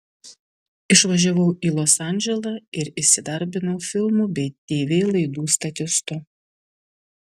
išvažiavau į los andželą ir įsidarbinau filmų bei tv laidų statistu